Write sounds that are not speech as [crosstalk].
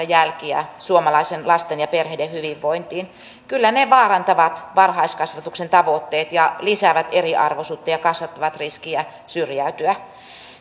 [unintelligible] jälkiä suomalaisten lasten ja perheiden hyvinvointiin kyllä ne vaarantavat varhaiskasvatuksen tavoitteet ja lisäävät eriarvoisuutta ja kasvattavat riskiä syrjäytyä